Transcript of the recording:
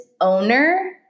owner